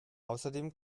außerdem